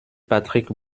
patrick